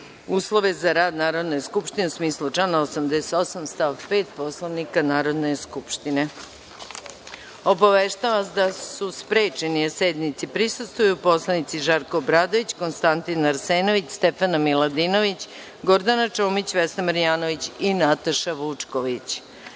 uslove za rad Narodne skupštine u smislu člana 88. stav 5. Poslovnika Narodne skupštine. Obaveštavam vas da su sprečeni da sednici prisustvuju narodni poslanici Žarko Obradović, Konstantin Arsenović, Stefana Miladinović, Gordana Čomić, Vesna Marjanović i Nataša Vučković. Primili